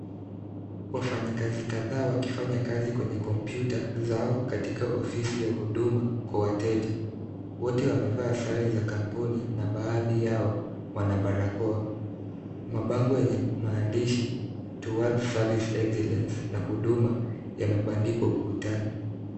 Wafanyikazi kadhaa wakifanya kazi kwenye kompyuta zao katika ofisi ya huduma wa wateja. Wote wamevaa sare za kampuni na baadhi yao wana barakoa. Mabango yenye maandisi towards service excellence na huduma yamebandikwa ukutani.